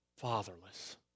fatherless